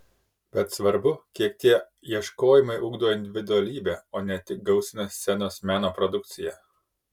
bet svarbu kiek tie ieškojimai ugdo individualybę o ne tik gausina scenos meno produkciją